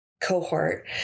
cohort